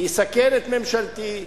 אני אסכן את ממשלתי,